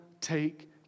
take